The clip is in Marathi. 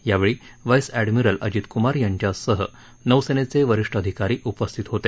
यावेळी व्हाईस अष्ठमिरल अजित क्मार यांच्यासह नौसेनेचे वरिष्ठ अधिकारी उपस्थित होते